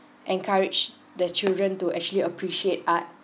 encourage their children to actually appreciate art